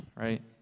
right